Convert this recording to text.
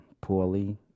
poorly